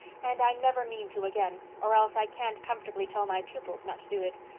and i never mean to again, or else i can't comfortably tell my pupils not to do it.